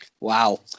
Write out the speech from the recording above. Wow